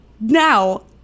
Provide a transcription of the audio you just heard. now